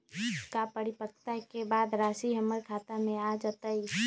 का परिपक्वता के बाद राशि हमर खाता में आ जतई?